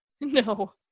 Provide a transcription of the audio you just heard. No